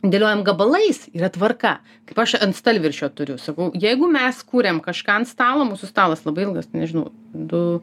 dėliojam gabalais yra tvarka kaip aš ant stalviršio turiu sakau jeigu mes kuriam kažką ant stalo mūsų stalas labai ilgas nežinau du